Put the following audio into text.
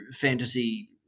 fantasy